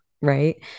right